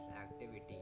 activity